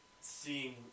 seeing